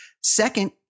Second